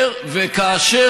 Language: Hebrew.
ביטול ההסכם בא אחרי